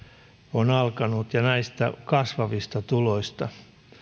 on alkanut ja näistä kasvavista tuloista